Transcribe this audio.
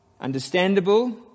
Understandable